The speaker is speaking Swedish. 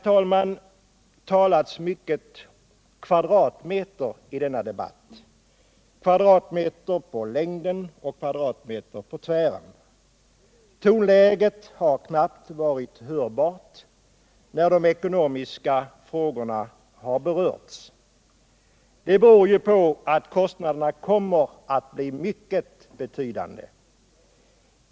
Det har talats mycket om kvadratmeter i denna debatt — kvadratmeter på längden och på tvären. Tonläget har knappt varit hörbart när de ekonomiska frågorna har berörts. Det beror ju på att kostnaderna kommer att bli mycket betydande.